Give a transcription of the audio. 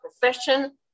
profession